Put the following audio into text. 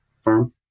firm